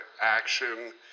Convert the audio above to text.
action